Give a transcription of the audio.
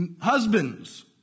husbands